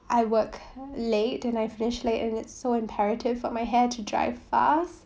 I work late and I finish late and it's so imperative for my hair to dry fast